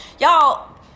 Y'all